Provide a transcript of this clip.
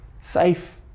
safe